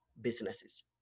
businesses